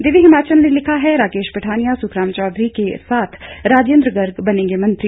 दिव्य हिमाचल ने लिखा है राकेश पठानिया सुखराम चौधरी के साथ राजेंद्र गर्ग बनेंगे मंत्री